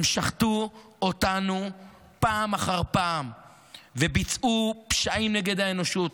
הם שחטו אותנו פעם אחר פעם וביצעו פשעים נגד האנושות.